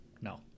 No